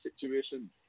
situation